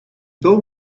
boom